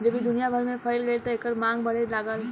जब ई दुनिया भर में फइल गईल त एकर मांग बढ़े लागल